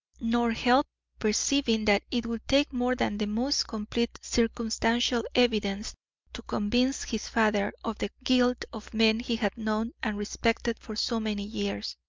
nor help perceiving that it would take more than the most complete circumstantial evidence to convince his father of the guilt of men he had known and respected for so many years.